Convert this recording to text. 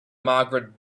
margaret